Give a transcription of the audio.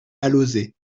alauzet